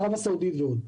ערב הסעודית ועוד.